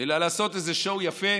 אלא לעשות איזה שואו יפה